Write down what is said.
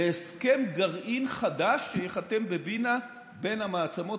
להסכם גרעין חדש שייחתם בווינה בין המעצמות,